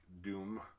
Doom